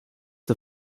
der